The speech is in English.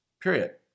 period